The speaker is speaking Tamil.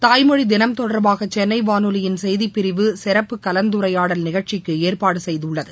தாய்மொழி தினம் தொடர்பாக சென்னை வானொலியின் செய்திப் பிரிவு சிறப்பு கலந்துரையாடல் நிகழ்ச்சிக்கு ஏற்பாடு செய்துள்ளது